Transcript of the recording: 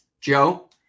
Joe